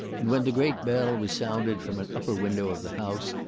and when the great bell was sounded from an upper window of the house,